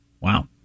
Wow